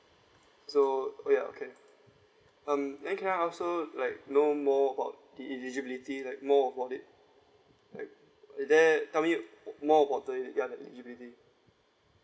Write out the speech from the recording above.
so ya okay um then can I also like know more about the eligibility like more about it like is there tell me more about the ya the eligibility